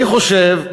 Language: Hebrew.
אני חושב,